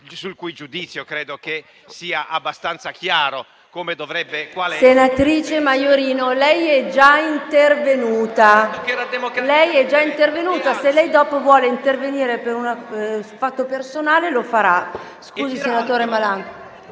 Maiorino, lei è già intervenuta. Se dopo vuole intervenire per fatto personale, lo farà.